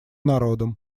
народом